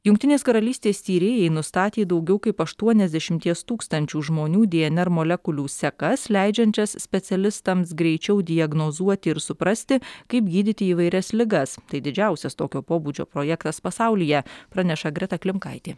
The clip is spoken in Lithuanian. jungtinės karalystės tyrėjai nustatė daugiau kaip aštuoniasdešimties tūkstančių žmonių dnr molekulių sekas leidžiančias specialistams greičiau diagnozuoti ir suprasti kaip gydyti įvairias ligas tai didžiausias tokio pobūdžio projektas pasaulyje praneša greta klimkaitė